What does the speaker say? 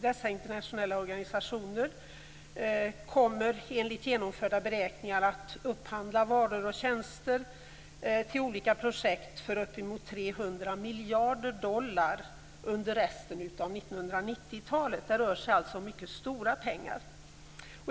Dessa internationella organisationer kommer enligt genomförda beräkningar att upphandla varor och tjänster till olika projekt för uppemot 300 miljarder dollar under resten av 1990-talet. Det rör sig alltså om mycket stora pengar.